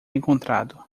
encontrado